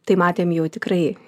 tai matėm jau tikrai